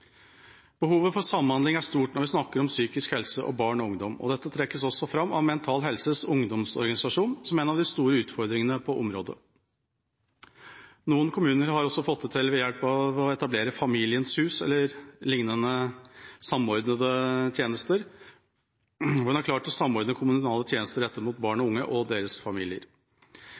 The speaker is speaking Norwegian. Behovet for samhandling er stort når vi snakker om psykisk helse og barn og ungdom. Dette trekkes også fram at Mental Helses ungdomsorganisasjon som en av de store utfordringene på området. Noen kommuner har også fått det til ved å etablere Familiens hus eller liknende samordnede tjenester, hvor man har klart å samordne kommunale tjenester rettet mot barn og unge og deres familier.